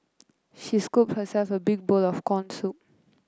she scooped herself a big bowl of corn soup